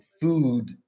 food